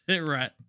Right